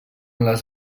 les